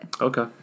Okay